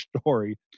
story